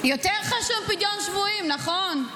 יותר חשוב פדיון שבויים, נכון?